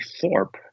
Thorpe